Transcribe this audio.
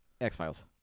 X-Files